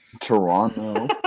Toronto